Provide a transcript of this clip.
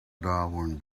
darwin